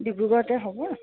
ডিব্ৰুগড়তে হ'ব